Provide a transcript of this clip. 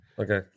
Okay